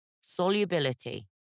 Solubility